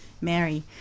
mary